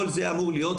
כל זה אמור להיות,